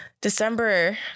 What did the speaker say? December